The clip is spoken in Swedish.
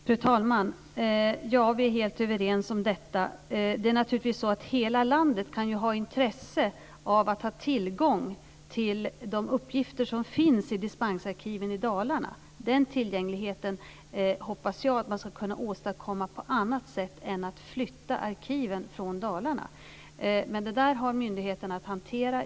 Fru talman! Ja, vi är helt överens om detta. Naturligtvis kan hela landet ha intresse av att ha tillgång till de uppgifter som finns i dispensarkiven i Dalarna. Den tillgängligheten hoppas jag att man ska kunna åstadkomma på annat sätt än att flytta arkiven från Dalarna. Det har myndigheten att hantera.